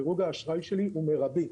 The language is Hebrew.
דירוג האשראי שלי הוא מרבי,